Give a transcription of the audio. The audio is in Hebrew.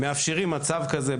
מאפשרים מצב כזה,